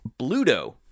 Bluto